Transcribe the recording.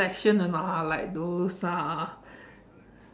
collection or not ah like those uh